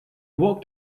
walked